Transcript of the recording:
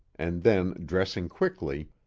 and then dressing quickly,